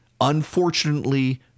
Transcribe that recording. unfortunately